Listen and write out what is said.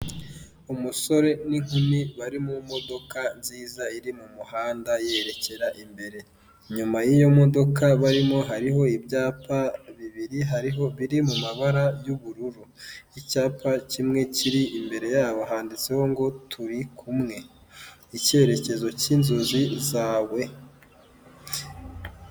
Umusore n'inkumi bari mu modoka nziza iri mu muhanda yerekera imbere, inyuma y'iyo modoka barimo hariho ibyapa bibiri, hariho ibiri mu mabara y'ubururu, icyapa kimwe kiri imbere yabo handitseho ngo turi kumwe. Icyerekezo cy'inzozi zawe.